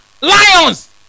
lions